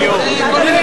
אזולאי.